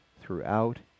throughout